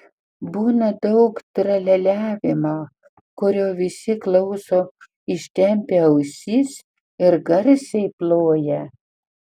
būna daug tralialiavimo kurio visi klauso ištempę ausis ir garsiai ploja